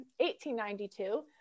1892